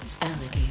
alligator